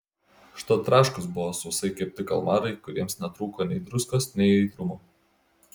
užtat traškūs buvo sausai kepti kalmarai kuriems netrūko nei druskos nei aitrumo